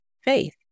faith